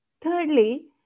Thirdly